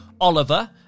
oliver